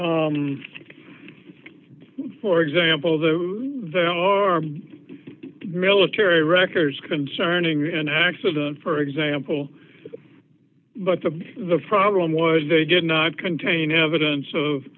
for example the veil or military records concerning an accident for example but the problem was they did not contain evidence of